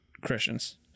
christians